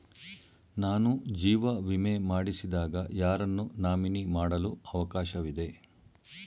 ನಾನು ಜೀವ ವಿಮೆ ಮಾಡಿಸಿದಾಗ ಯಾರನ್ನು ನಾಮಿನಿ ಮಾಡಲು ಅವಕಾಶವಿದೆ?